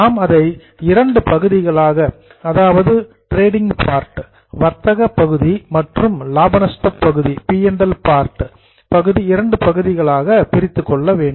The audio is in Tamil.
நாம் அதை இரண்டு பகுதிகளாக அதாவது டிரேடிங் பார்ட் வர்த்தகப் பகுதி மற்றும் பி மற்றும் எல் பகுதியாக பிரித்துக் கொள்ள வேண்டும்